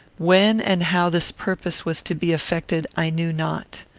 when and how this purpose was to be effected i knew not.